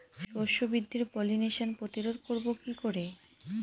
শস্য বৃদ্ধির পলিনেশান প্রতিরোধ করব কি করে?